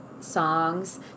songs